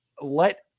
let